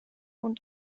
und